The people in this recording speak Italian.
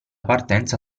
partenza